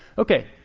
ok.